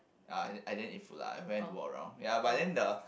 uh I didn't I didn't eat food lah I went to walk around ya but then the